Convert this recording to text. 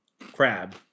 crab